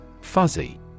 Fuzzy